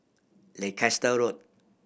Leicester Road